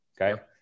okay